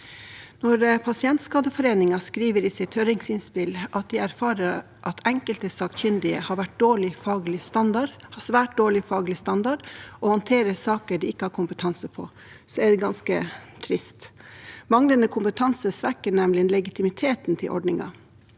Når Pasientskadeforeningen skriver i sitt høringsinnspill at de erfarer at enkelte sakkyndige har svært dårlig faglig standard og håndterer saker de ikke har kompetanse på, så er det ganske trist. Manglende kompetanse svekker nemlig legitimiteten til ordningen.